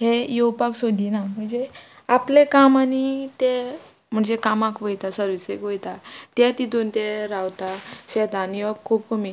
हे येवपाक सोदिना म्हणजे आपले काम आनी ते म्हणजे कामाक वयता सर्विसेक वयता ते तितून ते रावता शेतान येवप खूब कमी